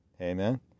Amen